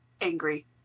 angry